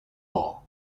all